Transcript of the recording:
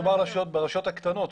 מדובר על הרשויות הקטנות,